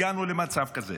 הגענו למצב כזה.